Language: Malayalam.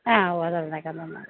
ആ ഉവ്വ തന്നേക്കാം തന്നേക്കാം